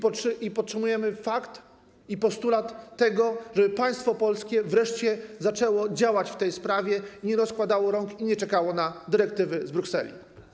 Podtrzymujemy również postulat, żeby państwo polskie wreszcie zaczęło działać w tej sprawie, nie rozkładało rąk i nie czekało na dyrektywy z Brukseli.